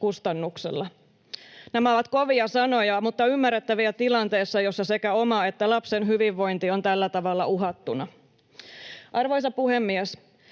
kustannuksella. Nämä ovat kovia sanoja mutta ymmärrettäviä tilanteessa, jossa sekä oma että lapsen hyvinvointi on tällä tavalla uhattuna.” Arvoisa puhemies!